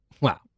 Wow